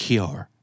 Cure